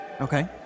Okay